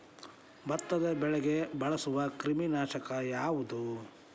ಭತ್ತದ ಬೆಳೆಗೆ ಬಳಸುವ ಕ್ರಿಮಿ ನಾಶಕ ಯಾವುದು?